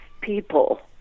people